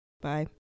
bye